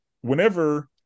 whenever